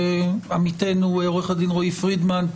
עמיתנו עו"ד רועי פרידמן,